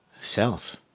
self